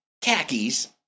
khakis